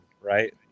right